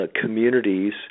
communities